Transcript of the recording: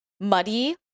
muddy